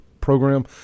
program